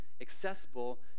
accessible